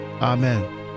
amen